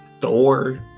Thor